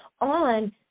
on